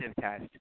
test